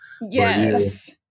Yes